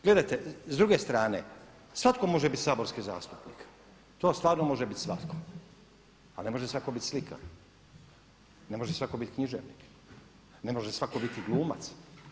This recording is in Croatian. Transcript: Gledajte, s druge strane, svako može biti saborski zastupnik to stvarno može biti svako, ali ne može svako biti slikar, ne može svako biti književnik, ne može svako biti glumac.